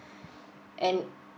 and